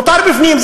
מותר בפנים.